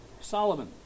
Solomon